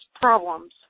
problems